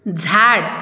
झाड